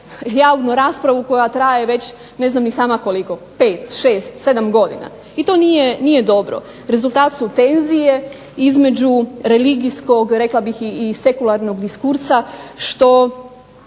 javnu raspravu koja traje već ne znam ni sama koliko pet, šest, sedam godina i to nije dobro. Rezultat su tenzije između religijskog rekla bih i sekularnog diskursa što